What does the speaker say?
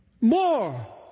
More